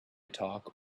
talk